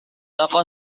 toko